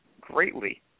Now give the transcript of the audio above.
greatly